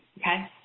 Okay